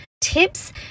tips